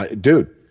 Dude